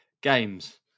games